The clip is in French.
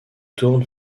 tourne